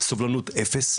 סובלנות אפס.